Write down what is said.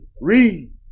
Read